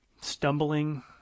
stumbling